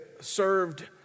served